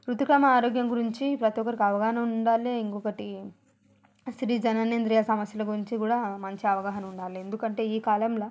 ఋతుక్రమ ఆరోగ్యం గురించి ప్రతి ఒక్కరికి అవగాహన ఉండాలి ఇంకొకటి స్త్రీ జననేంద్రియ సమస్యల గురించి కూడా మంచి అవగాహన ఉండాలి ఎందుకంటే ఈ కాలంలా